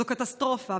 זו קטסטרופה.